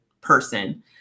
person